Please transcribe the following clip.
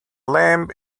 lamb